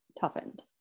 toughened